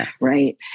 right